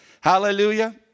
Hallelujah